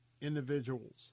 individuals